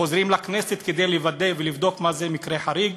חוזרים לכנסת כדי לוודא ולבדוק מה זה מקרה חריג?